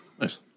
Nice